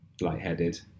lightheaded